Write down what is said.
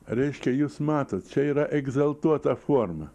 reiškia jūs matot čia yra egzaltuota forma